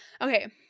Okay